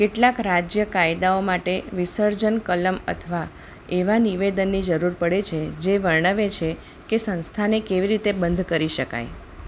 કેટલાક રાજ્ય કાયદાઓ માટે વિસર્જન કલમ અથવા એવા નિવેદનની જરૂર પડે છે જે વર્ણવે છે કે સંસ્થાને કેવી રીતે બંધ કરી શકાય